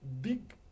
big